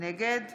נגד